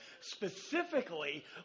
Specifically